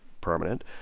permanent